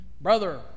Brother